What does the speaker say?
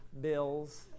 bills